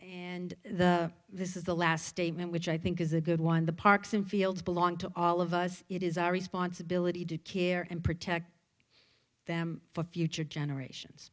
and the this is the last statement which i think is a good one the parks and fields belong to all of us it is our responsibility to care and protect them for future generations